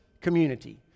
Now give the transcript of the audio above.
community